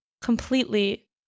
completely